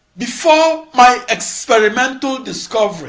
before my experimental discovery